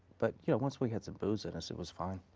but yeah once we had some booze in us it was fine.